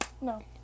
No